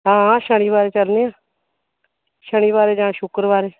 हां शनिवारें चलनेआं शनिवारें जां शुक्रवारें